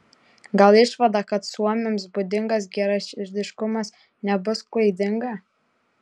gal išvada kad suomiams būdingas geraširdiškumas nebus klaidinga